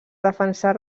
defensar